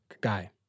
guy